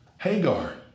Hagar